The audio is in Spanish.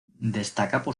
destaca